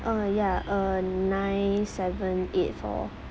oh ya uh nine seven eight four